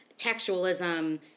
textualism